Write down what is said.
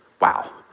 wow